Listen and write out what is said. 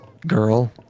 girl